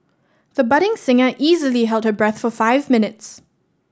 the budding singer easily held her breath for five minutes